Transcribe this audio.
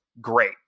great